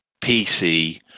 PC